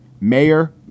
Mayor